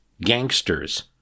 Gangsters